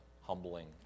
humbling